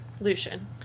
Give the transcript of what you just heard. Lucian